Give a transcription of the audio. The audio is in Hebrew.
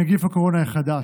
נגיף הקורונה החדשה).